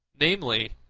namely,